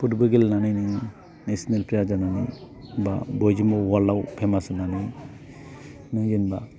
football गेलेनानै नोङो national player जानानै बा बयजोंबो वार्ल्डआव फेमास होननानै नों जेनेबा